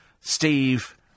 Steve